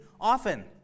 often